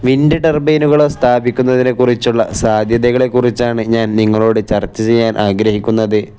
wind ടർബെയ്നുകളോ സ്ഥാപിക്കുന്നതിനെക്കുറിച്ചുള്ള സാധ്യതകളെ കുറിച്ചാണ് ഞാൻ നിങ്ങളോട് ചർച്ച ചെയ്യാൻ ആഗ്രഹിക്കുന്നത്